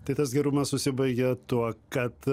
tai tas gerumas užsibaigė tuo kad